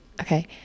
Okay